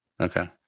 Okay